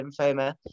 lymphoma